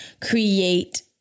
create